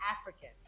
African